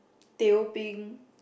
teh O peng